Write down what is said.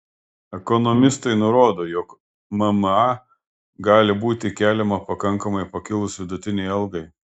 ekonomistai nurodo jog mma gali būti keliama pakankamai pakilus vidutinei algai